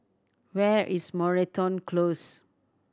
where is Moreton Close